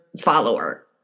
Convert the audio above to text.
follower